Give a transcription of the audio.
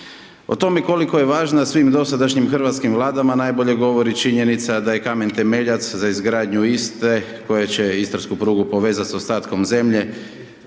O tome koliko je važna svim dosadašnjim hrvatskim Vladama, najbolje govori činjenica da je kamen temeljac za izgradnju Istre, koji će istarsku prugu povezat sa ostatkom zemlje,